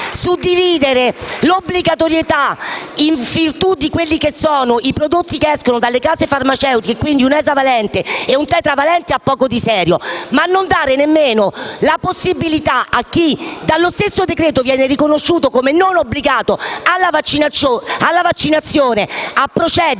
Già imporre l'obbligatorietà in virtù di quelli che sono i prodotti che escono dalle case farmaceutiche, ovvero esavalente e tetravalente, ha poco di serio. Ma non dare nemmeno la possibilità a chi dallo stesso decreto-legge viene riconosciuto come non obbligato alla vaccinazione a procedere